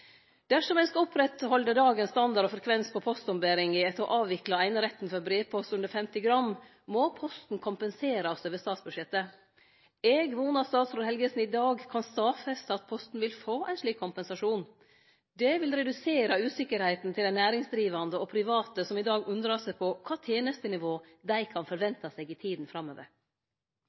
Dersom ein skal oppretthalde dagens standard og frekvens på postomberinga etter å ha avvikla eineretten for brevpost under 50 gram, må Posten kompenserast over statsbudsjettet. Eg vonar statsråd Helgesen i dag kan stadfeste at Posten vil få ein slik kompensasjon. Det vil redusere usikkerheita til dei næringsdrivande og private som i dag undrar seg på kva tenestenivå dei kan forvente seg i tida framover.